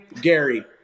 Gary